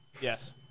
Yes